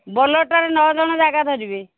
ବୋଲେରୋଟାରେ ନଅଜଣ ଜାଗା ଧରିବେ